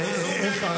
--- איך אומרים?